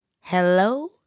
Hello